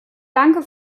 danke